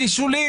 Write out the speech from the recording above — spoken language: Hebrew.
היא שולית.